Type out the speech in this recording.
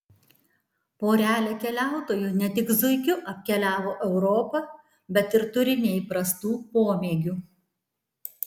porelė keliautojų ne tik zuikiu apkeliavo europą bet ir turi neįprastų pomėgių